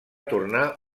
tornar